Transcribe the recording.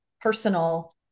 personal